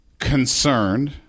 concerned